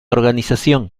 organización